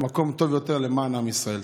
למקום טוב יותר למען עם ישראל.